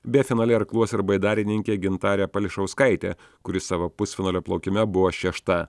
be finale irkluos ir baidarininkė gintarė pališauskaitė kuri savo pusfinalio plaukime buvo šešta